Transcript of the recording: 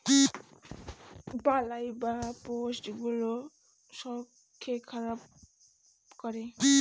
বালাই বা পেস্ট গুলো শস্যকে খারাপ করে